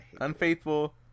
unfaithful